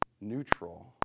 neutral